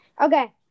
Okay